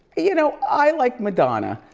you know, i like madonna.